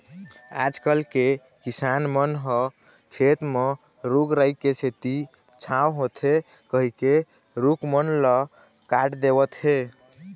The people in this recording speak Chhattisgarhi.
आजकल के किसान मन ह खेत म रूख राई के सेती छांव होथे कहिके रूख मन ल काट देवत हें